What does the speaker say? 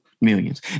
Millions